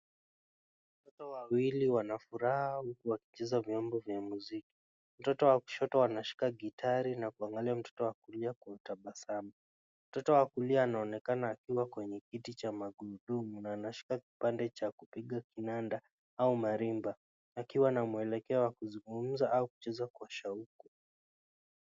Watoto wawili wanafuraha wakicheza vyombo vya muziki, mtoto wa kushoto anashika gitari na kumwangalia mtoto wa kulia kwa utabasamu. Mtoto wa kulia anaonekana akiwa kwenye kiti cha magurudumu na anashika kiande cha kupiga kinanda au marimba akiwa na mwelekeo wa kuzungumza au kucheza kwa shauku.